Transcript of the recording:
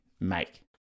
make